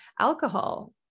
alcohol